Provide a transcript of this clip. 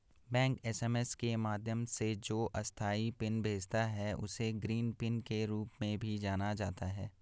bank SMS के माध्यम से जो अस्थायी पिन भेजता है, उसे ग्रीन पिन के रूप में भी जाना जाता है